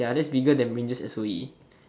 ya that's bigger than s_o_e